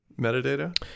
metadata